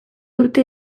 urte